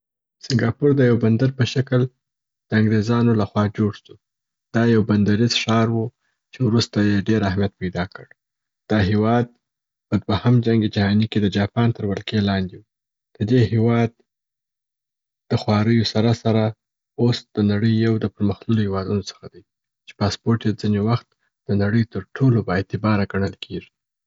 سنګاپور د یو بندر په شکل د انګریزانو له خوا جوړ سو. دا یو بندریز ښار و چې وروسته یې ډېر اهمیت پیدا کړ. دا هیواد په دوهم جنګ جهاني کي د جاپان تر ولکې لاندي وی. د دې هیواد د خواریو سره سره اوس د نړۍ یو د پرمختللو هیوادونو څخه دی چې پاسپورټ یې ځیني وخت د نړۍ تر ټولو با اعتباره ګڼل کیږي.